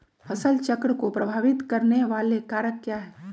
फसल चक्र को प्रभावित करने वाले कारक क्या है?